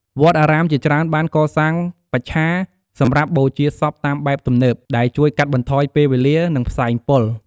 វត្តអារាមជាច្រើនបានកសាងបច្ឆាសម្រាប់បូជាសពតាមបែបទំនើប ដែលជួយកាត់បន្ថយពេលវេលា និងផ្សែងពុល។